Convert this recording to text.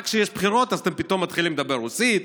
רק כשיש בחירות אז אתם פתאום מתחילים לדבר רוסית,